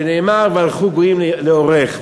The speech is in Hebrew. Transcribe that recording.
שנאמר: "והלכו גוים לאורך".